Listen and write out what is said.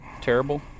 terrible